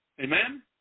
Amen